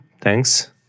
thanks